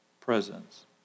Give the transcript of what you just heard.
presence